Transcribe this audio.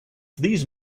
these